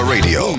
Radio